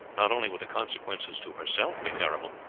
not only would the consequences to herself be terrible,